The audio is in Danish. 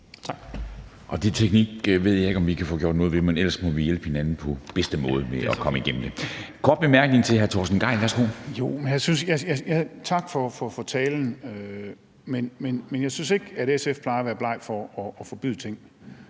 Det med teknikken ved jeg ikke om vi kan få gjort noget ved, men ellers må vi hjælpe hinanden på bedste måde med at komme igennem det. En kort bemærkning til hr. Torsten Gejl. Værsgo. Kl. 17:09 Torsten Gejl (ALT): Tak for talen. Jeg synes ikke, SF plejer at være bleg for at forbyde ting,